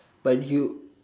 but you